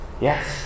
Yes